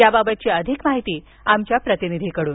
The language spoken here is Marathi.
याबाबत अधिक माहिती आमच्या प्रतिनिधीकडून